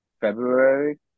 February